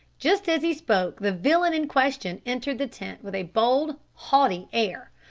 just as he spoke the villain in question entered the tent with a bold, haughty air,